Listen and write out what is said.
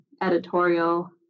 editorial